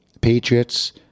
Patriots